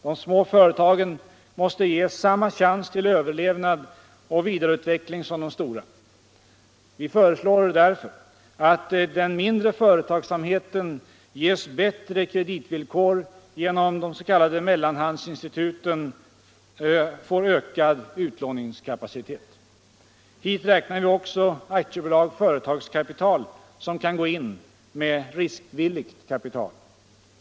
De små företagen måste ges samma chans till överlevnad och vidareutveckling som de stora. Vi föreslår därför att den mindre företagsamheten ges bättre kreditvillkor genom att de s.k. mellanhandsinstituten får ökad utlåningskapacitet. Hit räknar vi också AB Företagskapital, som kan gå in med riskvilligt kapital.